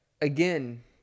again